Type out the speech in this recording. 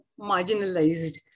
marginalized